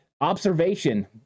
observation